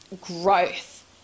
growth